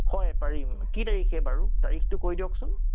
হয় পাৰিম কি তাৰিখে বাৰু তাৰিখটো কৈ দিয়কচোন